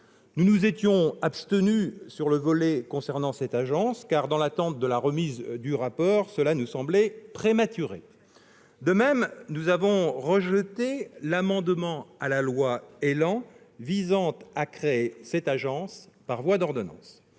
Nous nous étions abstenus sur le volet relatif à cette agence qui, dans l'attente de la remise du rapport Morvan, nous semblait prématuré. De même, nous avons rejeté l'amendement au projet de loi ÉLAN visant à créer cette agence par voie d'ordonnance.